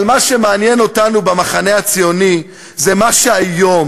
אבל מה שמעניין אותנו, במחנה הציוני, זה מה שהיום.